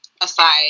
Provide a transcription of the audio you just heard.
aside